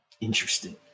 Interesting